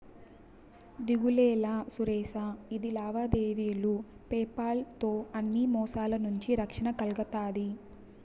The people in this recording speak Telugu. దిగులేలా సురేషా, ఇది లావాదేవీలు పేపాల్ తో అన్ని మోసాల నుంచి రక్షణ కల్గతాది